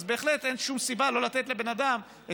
בהחלט אין שום סיבה שלא לתת לבן אדם את